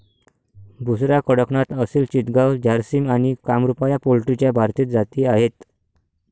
बुसरा, कडकनाथ, असिल चितगाव, झारसिम आणि कामरूपा या पोल्ट्रीच्या भारतीय जाती आहेत